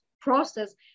process